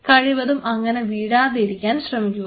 കഴിവതും അങ്ങനെ വീഴാതെ ഇരിക്കാൻ ശ്രമിക്കുക